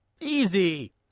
Easy